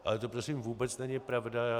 Ale to prosím vůbec není pravda.